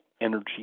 energy